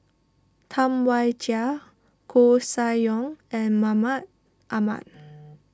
Tam Wai Jia Koeh Sia Yong and Mahmud Ahmad